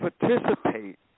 participate